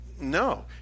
No